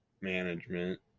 management